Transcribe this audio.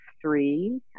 three